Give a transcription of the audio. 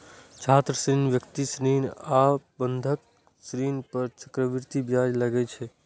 छात्र ऋण, व्यक्तिगत ऋण आ बंधक ऋण पर चक्रवृद्धि ब्याज लागै छै